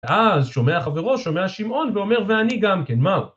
ואז שומע חברו, שומע שמעון, ואומר ואני גם כן, מהו?